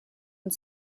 und